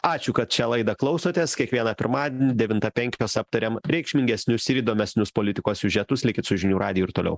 ačiū kad šią laidą klausotės kiekvieną pirmadienį devintą penkios aptarėm reikšmingesnius ir įdomesnius politikos siužetus likit su žinių radiju ir toliau